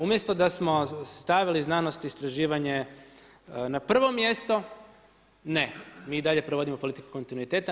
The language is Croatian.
Umjesto da smo stavili znanost i istraživanje na prvo mjesto, ne mi i dalje provodimo politiku kontinuiteta.